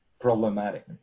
problematic